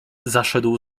zaszedł